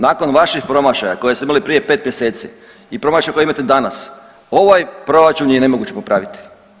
Nakon vaših promašaja koje ste imali prije 5 mjeseci i promašaja koje imate danas, ovaj proračun je nemoguće popraviti.